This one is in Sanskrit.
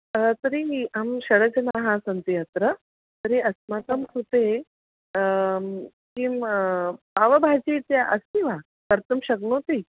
अतः तर्हि अहं षडजनाः सन्ति अत्र तर्हि अस्माकं कृते किं पावभाजीस्य अस्ति वा कर्तुं शक्नोति